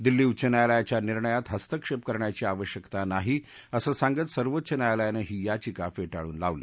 दिल्ली उच्च न्यायालयाच्या निर्णयात हस्तक्षेप करण्याची आवश्यकता नाही असं सांगत सर्वोच्च न्यायालयानं ही याचिका फे ळून लावली